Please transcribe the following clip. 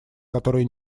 которые